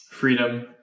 freedom